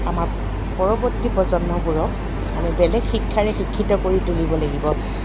আমাৰ পৰৱৰ্তী প্ৰজন্মবোৰক আমি বেলেগ শিক্ষাৰে শিক্ষিত কৰি তুলিব লাগিব